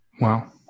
Wow